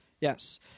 Yes